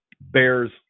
Bears